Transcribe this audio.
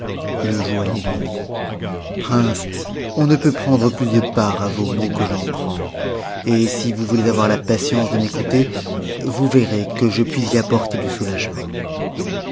le joaillier lui dit prince on ne peut prendre plus de part à vos maux que j'en prends et si vous voulez avoir la patience de m'écouter vous verrez que je puis y apporter du soulagements